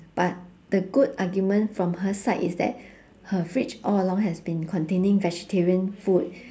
but the good argument from her side is that her fridge all along has been containing vegetarian food